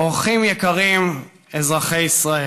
אורחים יקרים, אזרחי ישראל.